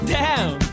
down